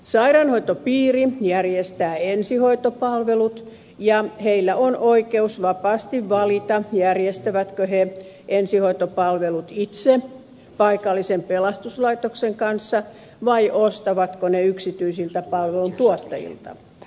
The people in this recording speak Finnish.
sairaanhoitopiiri järjestää ensihoitopalvelut ja heillä on oikeus vapaasti valita järjestävätkö he ensihoitopalvelut itse paikallisen pelastuslaitoksen kanssa vai ostavatko ne yksityisiltä palveluntuottajilta